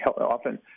often